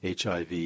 HIV